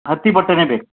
ಹತ್ತಿ ಬಟ್ಟೆನೇ ಬೇಕು